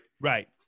Right